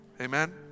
amen